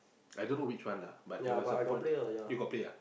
I don't know which one lah but there was point you got play ah